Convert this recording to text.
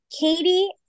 Katie